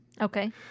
Okay